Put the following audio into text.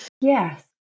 Yes